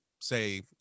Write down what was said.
say